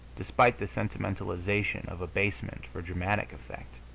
despite the sentimentalization of abasement for dramatic effect,